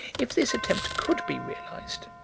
if this attempt could be realized,